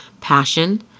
passion